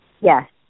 Yes